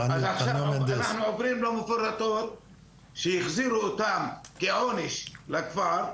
אז עכשיו אנחנו עוברים למופרטות שהחזירו אותן כעונש לכפר,